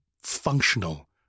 functional